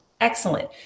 Excellent